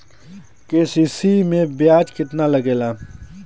KCC में ब्याज कितना लागेला?